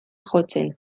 jotzen